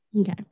okay